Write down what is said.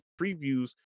previews